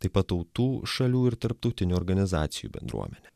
taip pat tautų šalių ir tarptautinių organizacijų bendruomenė